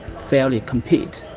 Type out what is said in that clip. fair to compete